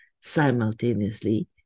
simultaneously